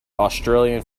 australian